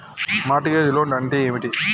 Mart gauge loan అంటే ఏమిటి?